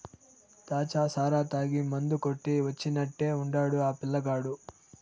దాచ్చా సారా తాగి మందు కొట్టి వచ్చినట్టే ఉండాడు ఆ పిల్లగాడు